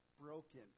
broken